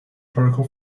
protocol